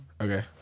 Okay